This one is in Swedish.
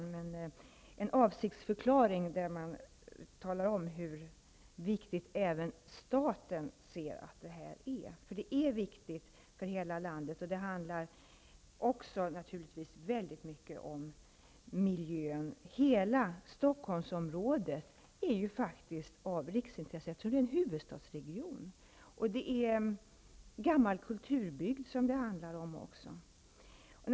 Vad jag efterlyser är en aviktsförklaring med beskedet att det här även från statens synpunkt är viktigt. Dessa saker är viktiga för hela landet. Naturligtvis handlar det också väldigt mycket om miljön. Hela Stockholmsområdet är faktiskt av riksintresse, eftersom det är en huvudstadsregion. Dessutom handlar det om gammal kulturbygd.